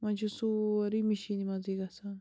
وۄنۍ چھُ سورُے مِشیٖن منٛزٕے گژھان